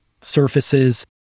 surfaces